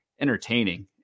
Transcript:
entertaining